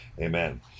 Amen